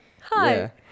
hi